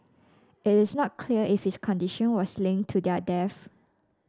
it is not clear if his condition was linked to their deaths